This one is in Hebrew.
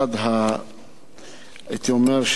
הייתי אומר,